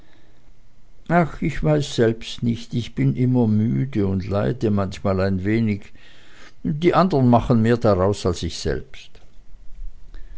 ach ich weiß es selbst nicht ich bin immer müde und leide manchmal ein wenig die anderen machen mehr daraus als ich selbst